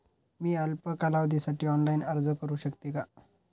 मी अल्प कालावधीसाठी ऑनलाइन अर्ज करू शकते का?